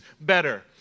better